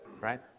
right